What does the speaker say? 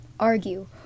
argue